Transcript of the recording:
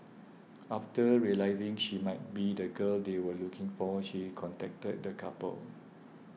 after realising she might be the girl they were looking for she contacted the couple